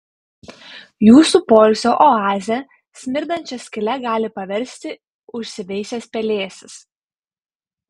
jūsų poilsio oazę smirdančia skyle gali paversti užsiveisęs pelėsis